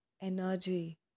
energy